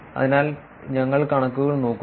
അതിനാൽ ഞങ്ങൾ കണക്കുകൾ നോക്കുന്നു